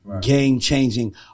game-changing